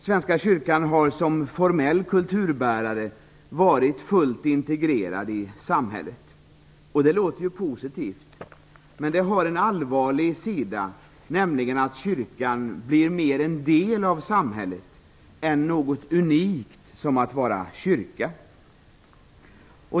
Svenska kyrkan har som formell kulturbärare varit fullt integrerad i samhället. Det låter positivt. Det har dock en allvarlig sida, nämligen att kyrkan blir mer en del av samhället än något unikt - en kyrka.